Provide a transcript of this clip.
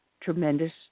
tremendous